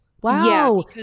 Wow